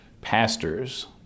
pastors